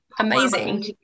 Amazing